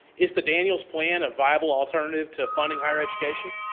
is the daniels plan a viable alternative to funding higher education?